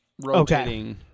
rotating